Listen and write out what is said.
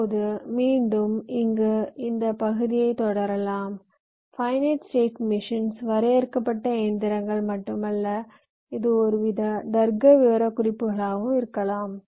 இப்போது மீண்டும் இங்கு இந்த பகுதியை தொடரலாம் பைநைட் ஸ்டேட் மிஷின்ஸ் வரையறுக்கப்பட்ட இயந்திரங்கள் மட்டுமல்ல இது ஒருவித தர்க்க விவரக்குறிப்புகளாகவும் இருக்கலாம்